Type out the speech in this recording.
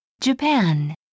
Japan